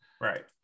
right